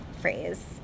phrase